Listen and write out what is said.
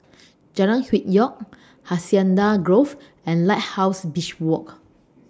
Jalan Hwi Yoh Hacienda Grove and Lighthouse Beach Walk